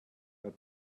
that